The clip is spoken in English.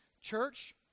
church